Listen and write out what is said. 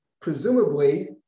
Presumably